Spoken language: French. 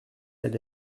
elle